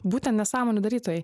būtent nesąmonių darytojai